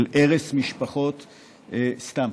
של הרס משפחות סתם.